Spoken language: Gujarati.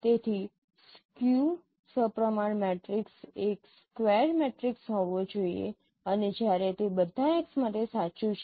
તેથી સ્ક્યૂ સપ્રમાણ મેટ્રિક્સ એક સ્કવેર મેટ્રિક્સ હોવો જોઈએ અને જ્યારે તે બધા X માટે સાચું છે